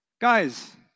Guys